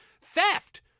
theft